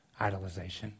idolization